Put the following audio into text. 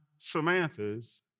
Samanthas